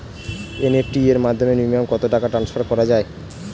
NEFT র মাধ্যমে minimum কত টাকা টান্সফার করা যায়?